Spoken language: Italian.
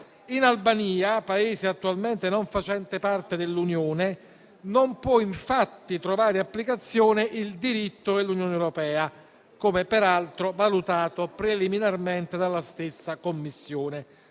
In Albania, Paese attualmente non facente parte dell'Unione, non può infatti trovare applicazione il diritto dell'Unione europea, come peraltro valutato preliminarmente dalla stessa Commissione.